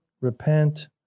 repent